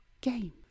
game